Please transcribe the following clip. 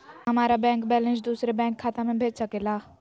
क्या हमारा bank balance दूसरे बैंक खाता में भेज सके ला?